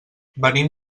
venim